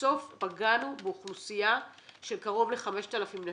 ובסוף פגענו באוכלוסייה של קרוב ל-5,000 נשים.